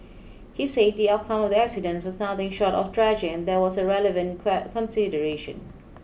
he say the outcome of the accident was nothing short of tragic and that was a relevant consideration